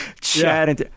chatting